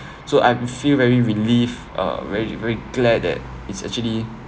so I feel very relief uh very very glad that it's actually